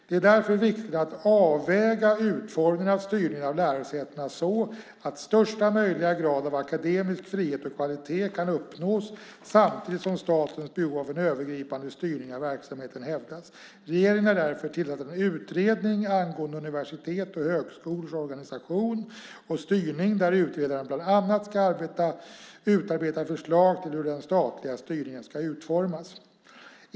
Det är därför viktigt att avväga utformningen av styrningen av lärosätena så att största möjliga grad av akademisk frihet och kvalitet kan uppnås samtidigt som statens behov av en övergripande styrning av verksamheten hävdas. Regeringen har därför tillsatt en utredning angående universitets och högskolors organisation och styrning där utredaren bland annat ska utarbeta förslag till hur den statliga styrningen ska utformas.